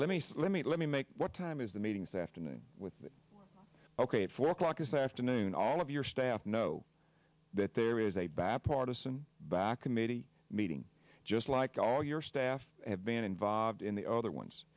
let me say let me let me make what time is the meetings afternoon with ok at four o'clock this afternoon all of your staff know that there is a bat partisan back committee meeting just like all your staff have been involved in the other ones